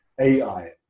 AI